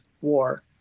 war